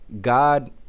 god